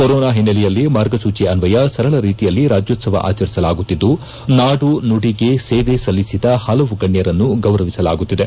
corona ಹಿನ್ನೆಲೆಯಲ್ಲಿ ಮಾರ್ಗಸೂಚಿ ಅನ್ನಯ ಸರಳ ರೀತಿಯಲ್ಲಿ ರಾಜ್ಣೋತ್ತವ ಆಚರಿಸಲಾಗುತ್ತಿದ್ದು ನಾಡು ನುಡಿಗೆ ಸೇವೆ ಸಲ್ಲಿಸಿದ ಹಲವು ಗಣ್ಣರನ್ನು ಗೌರವಿಸಲಾಗುತ್ತಿದೆ